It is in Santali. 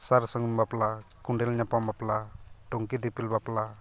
ᱥᱟᱨ ᱥᱟᱹᱜᱩᱱ ᱵᱟᱯᱞᱟ ᱠᱩᱰᱟᱹᱞ ᱧᱟᱯᱟᱢ ᱵᱟᱯᱞᱟ ᱴᱩᱝᱠᱤ ᱫᱤᱯᱤᱞ ᱵᱟᱯᱞᱟ